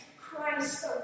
Christ